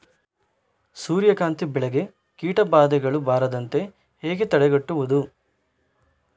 ಸೂರ್ಯಕಾಂತಿ ಬೆಳೆಗೆ ಕೀಟಬಾಧೆಗಳು ಬಾರದಂತೆ ಹೇಗೆ ತಡೆಗಟ್ಟುವುದು?